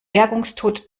bergungstod